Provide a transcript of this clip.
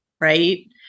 right